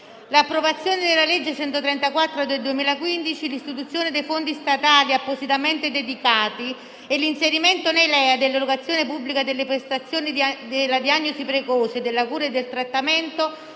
L'approvazione della legge n. 134 del 2015, l'istituzione dei fondi statali appositamente dedicati e l'inserimento nei LEA dell'erogazione pubblica delle prestazioni della diagnosi precoce, della cura e del trattamento,